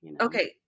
Okay